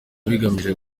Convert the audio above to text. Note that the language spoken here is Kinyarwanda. bigamije